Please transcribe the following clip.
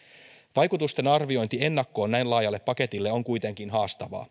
vaikutusten arviointi ennakkoon näin laajalle paketille on kuitenkin haastavaa